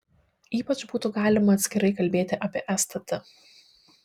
ypač būtų galima atskirai kalbėti apie stt